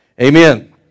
Amen